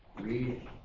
read